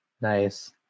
Nice